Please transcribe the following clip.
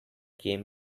came